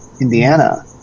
Indiana